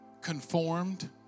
conformed